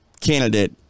candidate